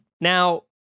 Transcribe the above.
Now